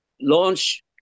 launch